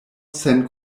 sen